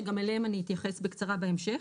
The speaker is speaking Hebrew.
שגם אליהם אני אתייחס בקצרה בהמשך.